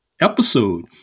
episode